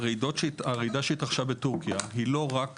הרעידה שהתרחשה בטורקיה היא לא רק